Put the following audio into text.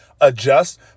adjust